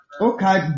Okay